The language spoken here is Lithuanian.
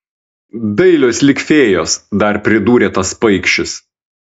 dailios lyg fėjos dar pridūrė tas paikšis